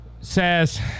says